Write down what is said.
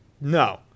No